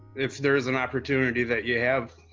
if there's an opportunity that you have,